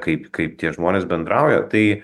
kaip kaip tie žmonės bendrauja tai